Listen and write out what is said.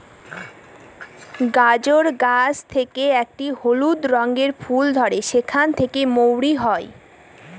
গাজর গাছ থেকে একটি হলুদ রঙের ফুল ধরে সেখান থেকে মৌরি হয়